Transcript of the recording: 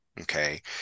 Okay